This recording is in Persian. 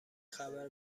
خبر